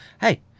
hey